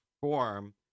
form